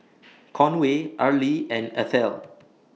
Conway Arly and Ethel